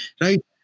right